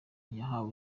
yahawe